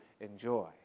enjoy